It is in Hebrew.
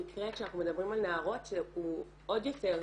כשאנחנו מדברים על נערות מדובר במקרה שהוא עוד יותר.